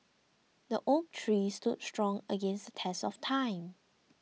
the oak tree stood strong against the test of time